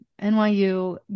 NYU